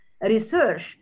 research